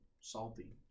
salty